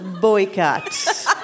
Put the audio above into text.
Boycott